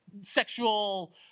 sexual